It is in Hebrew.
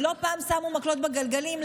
ולא פעם שמו מקלות בגלגלים.